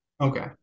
Okay